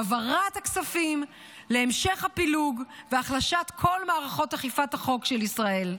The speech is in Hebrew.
העברת הכספים להמשך הפילוג והחלשת כל מערכות אכיפת החוק של ישראל,